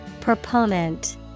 Proponent